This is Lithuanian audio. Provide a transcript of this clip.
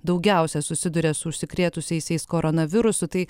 daugiausia susiduria su užsikrėtusiaisiais koronavirusu tai